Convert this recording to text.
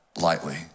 lightly